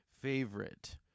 favorite